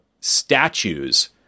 statues